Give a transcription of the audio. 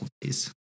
days